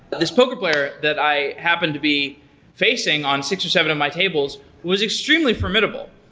this poker player that i happened to be facing on six or seven of my tables was extremely formidable,